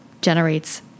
generates